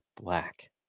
black